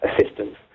assistance